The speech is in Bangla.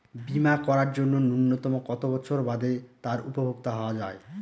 বীমা করার জন্য ন্যুনতম কত বছর বাদে তার উপভোক্তা হওয়া য়ায়?